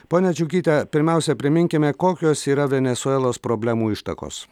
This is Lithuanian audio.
ponia džiugyte pirmiausia priminkime kokios yra venesuelos problemų ištakos